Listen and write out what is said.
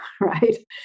right